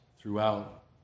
throughout